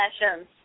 Sessions